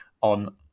on